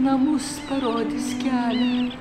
namus parodys kelią